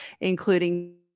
including